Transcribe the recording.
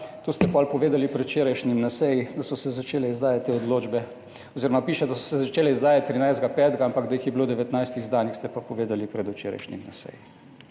To ste pol povedali predvčerajšnjim na seji, da so se začele izdajati odločbe oziroma piše, da so se začele izdajati 13. 5. Ampak, da jih je bilo 19 izdanih ste pa povedali predvčerajšnjim na seji.